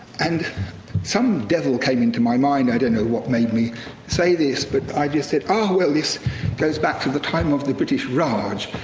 and some devil came into my mind, i don't know what made me say this, but i just said, oh, well, this goes back to the time of the british raj,